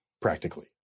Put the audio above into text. practically